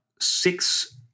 six